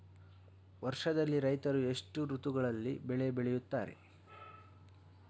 ವರ್ಷದಲ್ಲಿ ರೈತರು ಎಷ್ಟು ಋತುಗಳಲ್ಲಿ ಬೆಳೆ ಬೆಳೆಯುತ್ತಾರೆ?